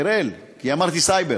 אראל, כי אמרתי סייבר.